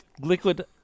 liquid